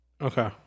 Okay